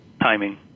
timing